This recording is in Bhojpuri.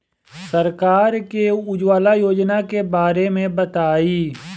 सरकार के उज्जवला योजना के बारे में बताईं?